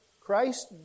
Christ